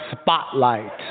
spotlight